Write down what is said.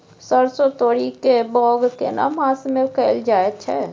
सरसो, तोरी के बौग केना मास में कैल जायत छै?